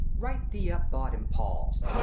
write thee up bawd in paul's,